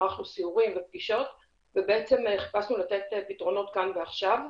ערכנו סיורים ופגישות וחיפשנו לתת פתרונות כאן ועכשיו.